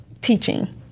teaching